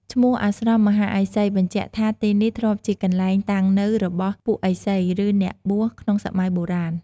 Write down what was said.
ឈ្មោះ "អាស្រមមហាឥសី" បញ្ជាក់ថាទីនេះធ្លាប់ជាកន្លែងតាំងនៅរបស់ពួកឥសី ឬអ្នកបួសក្នុងសម័យបុរាណ។